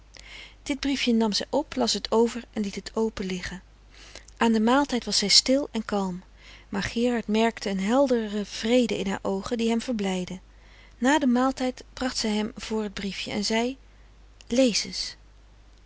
dit briefje nam zij op las het over en liet het open liggen aan den maaltijd was zij stil en kalm maar gerard merkte een helderen vrede in haar oogen die hem verblijdde na den maaltijd bracht zij hem voor het briefje en zei